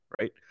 right